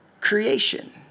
creation